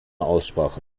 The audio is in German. aussprache